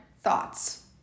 thoughts